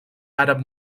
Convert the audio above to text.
àrab